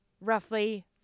roughly